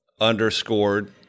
underscored